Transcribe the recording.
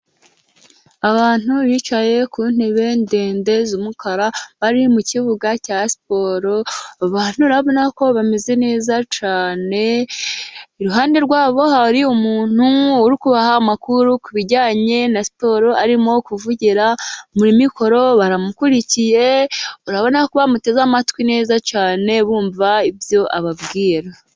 Abantu bicaye ku ntebe ndende z'umukara. Bari mu kibuga cya siporo. Urabona ko bameze neza cyane. Iruhande rwabo hari umuntu uri kubaha amakuru kubijyanye na siporo, arimo kuvugira muri mikoro baramukurikiye. Urabona ko bamuteze amatwi neza cyane bumva ibyo ababwira.